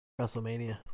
WrestleMania